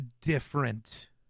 different